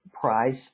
price